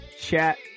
Chat